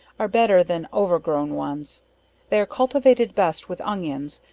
are better than over grown ones they are cultivated best with onions,